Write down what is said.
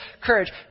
courage